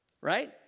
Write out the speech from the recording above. right